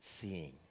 Seeing